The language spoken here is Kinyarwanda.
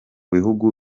bihugu